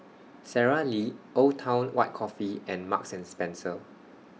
Sara Lee Old Town White Coffee and Marks and Spencer